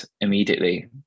immediately